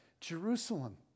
Jerusalem